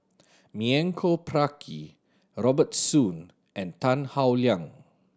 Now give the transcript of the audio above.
Milenko Prvacki Robert Soon and Tan Howe Liang